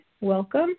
welcome